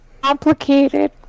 complicated